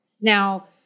Now